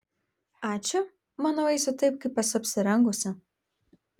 ačiū manau eisiu taip kaip esu apsirengusi